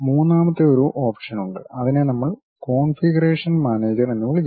മൂന്നാമത്തെ ഒരു ഓപ്ഷൻ ഉണ്ട് അതിനെ നമ്മൾ കോൺഫിഗറേഷൻ മാനേജർ എന്ന് വിളിക്കുന്നു